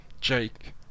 Jake